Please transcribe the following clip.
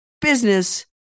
business